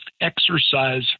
exercise